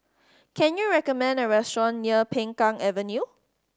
can you recommend a restaurant near Peng Kang Avenue